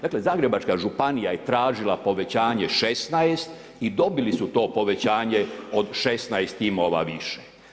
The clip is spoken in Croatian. Dakle, Zagrebačka županija je tražila povećanje 16 i dobili su to povećanje od 16 timova više.